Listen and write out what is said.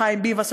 לחיים ביבס,